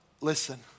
listen